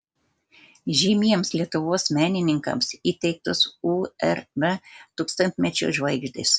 žymiems lietuvos menininkams įteiktos urm tūkstantmečio žvaigždės